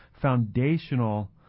foundational